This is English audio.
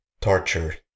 torture